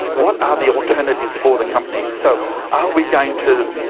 what are the alternatives for the company? so are we going to.